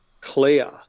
clear